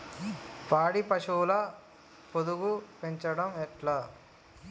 పాడి పశువుల పొదుగు పెంచడం ఎట్లా?